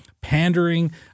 pandering